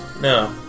no